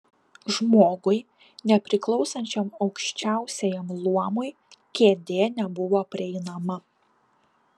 žmogui nepriklausančiam aukščiausiajam luomui kėdė nebuvo prieinama